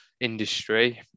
industry